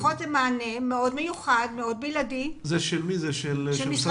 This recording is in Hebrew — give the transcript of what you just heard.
זה לפחות מענה מאוד מיוחד ובלעדי של משרד